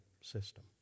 system